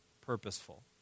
purposeful